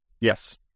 Yes